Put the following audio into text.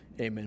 amen